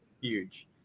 huge